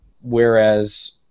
whereas